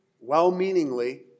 well-meaningly